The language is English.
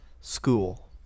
school